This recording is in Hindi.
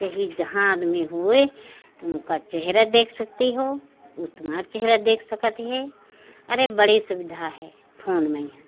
चाहे जहाँ आदमी हो तुम्हारा चेहरा देख सकता है वह तुम्हारा चेहरा देख सकता है अरे बड़ी सुविधा है फ़ोन में हाँ